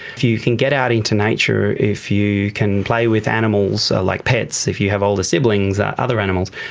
if you can get out into nature, if you can play with animals, like pets, if you have older siblings, other animals,